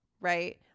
right